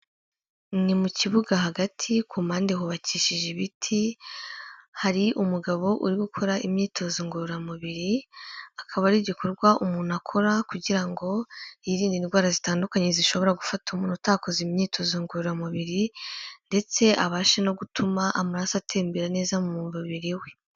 Ni mu kibuga hagati ku mpande hubakishije ibiti, hari umugabo uri gukora imyitozo ngororamubiri, akaba ari igikorwa umuntu akora kugira ngo yirinde indwara zitandukanye zishobora gufata umuntu utakozeza imyitozo ngororamubiri, ndetse abashe no gutuma amaraso atembera neza mu mubiri we.